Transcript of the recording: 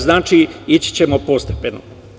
Znači, ići ćemo postepeno.